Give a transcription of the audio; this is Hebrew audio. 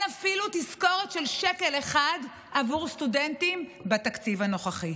אפילו תזכורת של שקל אחד עבור סטודנטים בתקציב הנוכחי.